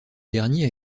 dernier